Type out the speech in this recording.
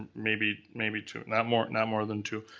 ah maybe maybe two, not more not more than two.